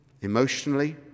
emotionally